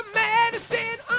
medicine